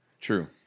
True